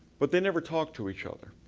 but, they never talked to each other.